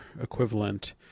equivalent